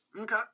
Okay